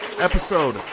episode